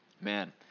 man